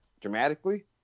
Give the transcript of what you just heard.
dramatically